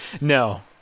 no